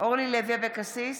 אורלי לוי אבקסיס,